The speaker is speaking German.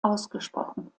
ausgesprochen